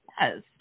Yes